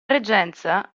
reggenza